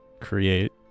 create